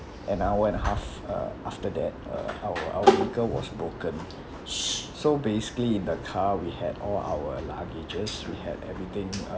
an hour and a half uh after that uh our our vehicle was broken so basically in the car we had all our luggages we had everything uh